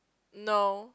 no